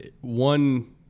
One